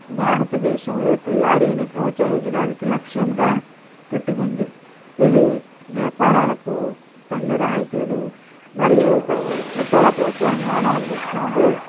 భారతదేశంలో తయారీని ప్రోత్సహించడానికి లక్ష్యంగా పెట్టుకుంది ఇది వ్యాపారాలకు పన్ను రాయితీలు మరియు ఇతర ప్రోత్సాహాలను అందిస్తుంది